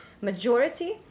majority